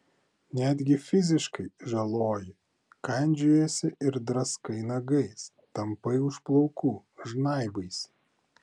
netgi fiziškai žaloji kandžiojiesi ir draskai nagais tampai už plaukų žnaibaisi